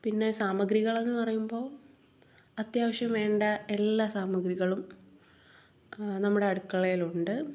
പിന്നെ സാമഗ്രികളെന്ന് പറയുമ്പോൾ അത്യാവശ്യം വേണ്ട എല്ലാ സാമഗ്രികളും നമ്മുടെ അടുക്കളയിലുണ്ട്